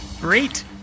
Great